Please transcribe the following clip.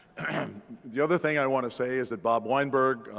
and the other thing i want to say is that bob weinberg,